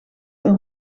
een